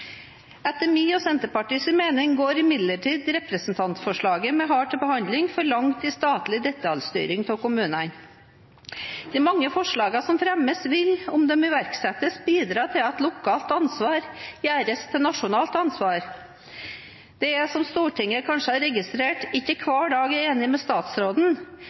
Etter min og Senterpartiets mening går imidlertid representantforslaget vi har til behandling, for langt i statlig detaljstyring av kommunene. De mange forslagene som fremmes, vil, om de iverksettes, bidra til at lokalt ansvar gjøres til nasjonalt ansvar. Det er, som Stortinget kanskje har registrert, ikke hver dag jeg er enig med statsråden.